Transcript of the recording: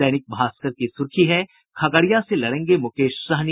दैनिक भास्कर की सुर्खी है खगड़िया से लड़ेंगे मुकेश सहनी